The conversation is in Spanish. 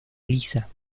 lisa